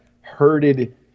herded